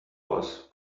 was